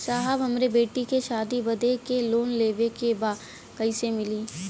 साहब हमरे बेटी के शादी बदे के लोन लेवे के बा कइसे मिलि?